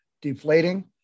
deflating